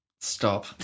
stop